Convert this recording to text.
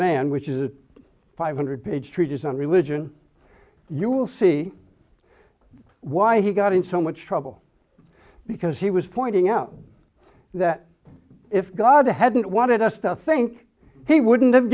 man which is a five hundred page treatise on religion you will see why he got in so much trouble because he was pointing out that if god hadn't wanted us to think he wouldn't have